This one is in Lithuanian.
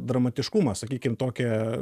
dramatiškumą sakykim tokią